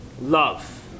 Love